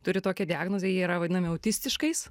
turi tokią diagnozę jie yra vadinami autistiškais